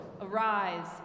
Arise